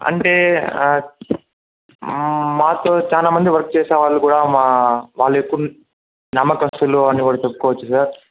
అంటే మాతో చాలా మంది వర్క్ చేసే వాళ్ళు కూడా మా వాళ్ళు ఎక్కవ నమ్మకస్తులూ అని కూడా చెప్పుకోవచ్చు సార్